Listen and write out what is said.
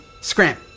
Scram